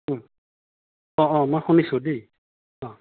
কোন অঁ অঁ মই শুনিছোঁ দেই অঁ